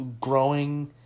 growing